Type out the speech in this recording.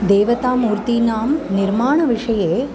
देवतामूर्तीनां निर्माणविषये